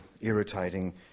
irritating